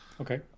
Okay